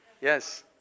Yes